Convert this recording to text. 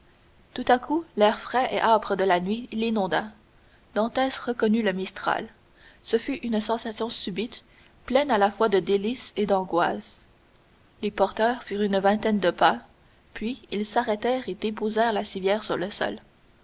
tout à coup l'air frais et âpre de la nuit l'inonda dantès reconnut le mistral ce fut une sensation subite pleine à la fois de délices et d'angoisses les porteurs firent une vingtaine de pas puis ils s'arrêtèrent et déposèrent la civière sur le sol